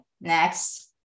next